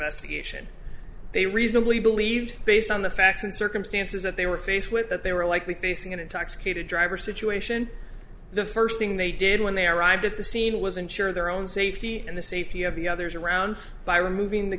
investigation they reasonably believed based on the facts and circumstances that they were faced with that they were likely facing an intoxicated driver situation the first thing they did when they arrived at the scene was ensure their own safety and the safety of the others around by removing the